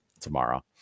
tomorrow